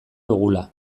dugula